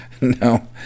No